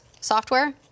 software